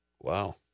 Wow